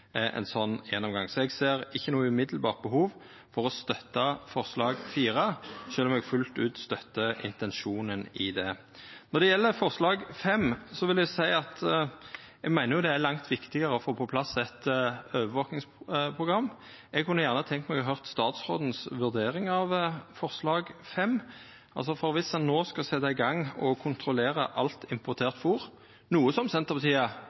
ein sånn gjennomgang. Så eg ser ikkje noko direkte behov for å støtta forslag nr. 4, sjølv om eg fullt ut støttar intensjonen i det. Når det gjeld forslag nr. 5, vil eg seia at eg meiner det er langt viktigare å få på plass eit overvakingsprogram. Eg kunne gjerne tenkt meg å høyra statsråden si vurdering av forslag nr. 5. For viss ein no skal setja i gang med å kontrollera alt importert fôr, noko Senterpartiet